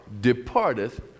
departeth